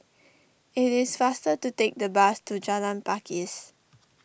it is faster to take the bus to Jalan Pakis